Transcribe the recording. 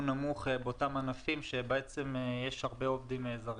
נמוך באותם ענפים בהם יש הרבה עובדים זרים.